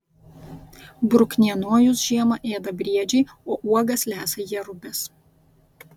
bruknienojus žiemą ėda briedžiai o uogas lesa jerubės